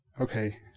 Okay